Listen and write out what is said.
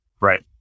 Right